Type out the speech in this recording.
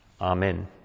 Amen